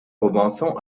robinson